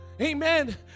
Amen